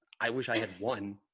i wish i had one.